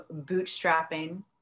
bootstrapping